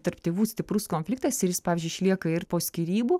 tarp tėvų stiprus konfliktas ir jis pavyzdžiui išlieka ir po skyrybų